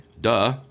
duh